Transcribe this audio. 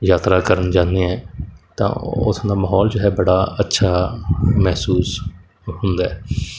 ਯਾਤਰਾ ਕਰਨ ਜਾਂਦੇ ਐਂ ਤਾਂ ਉਸ ਦਾ ਮਾਹੌਲ ਜੋ ਹੈ ਬੜਾ ਅੱਛਾ ਮਹਿਸੂਸ ਹੁੰਦਾ